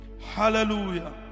hallelujah